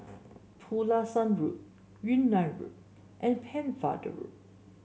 Pulasan Road Yunnan Road and Pennefather Road